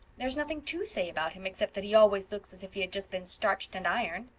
there's nothing to say about him except that he always looks as if he had just been starched and ironed.